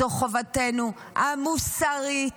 זאת חובתנו המוסרית,